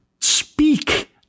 speak